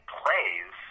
plays